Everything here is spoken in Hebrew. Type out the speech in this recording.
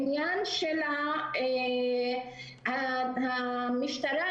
המשטרה,